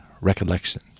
recollection